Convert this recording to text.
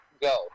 go